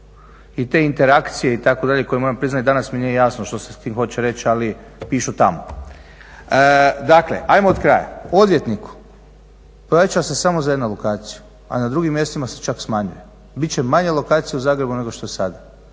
i te interakcije itd. koje moram priznati i danas mi nije jasno što se s tim hoće reći ali pišu tamo. Dakle, ajmo od kraja, odvjetnik … se samo za jednu lokaciju, a na drugim mjestima se čak smanjuje. Bit će manje lokacija u Zagrebu nego što je sada.